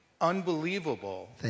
unbelievable